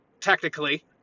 technically